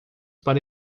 para